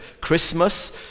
Christmas